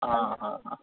હા હા હા